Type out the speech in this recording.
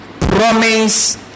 Promise